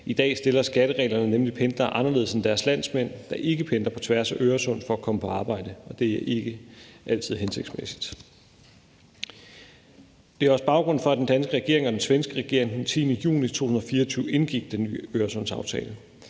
I dag stiller skattereglerne nemlig pendlere anderledes end deres landsmænd, der ikke pendler på tværs af Øresund for at komme på arbejde, og det er ikke altid hensigtsmæssigt. Det er også baggrunden for, at den danske regering og den svenske regering den 10. juni 2024 indgik den ny Øresundsaftale.